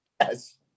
Yes